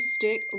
stick